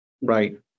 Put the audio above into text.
Right